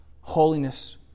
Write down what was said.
holiness